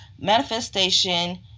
manifestation